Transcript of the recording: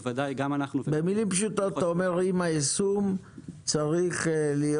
בוודאי גם אנחנו --- במילים פשוטות אתה אומר: עם היישום צריך להיות